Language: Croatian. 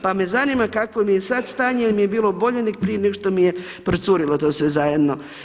Pa me zanima kakvo mi je sad stanje, jer mi je bilo bolje nego prije nego što mi je procurilo to sve zajedno.